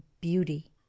beauty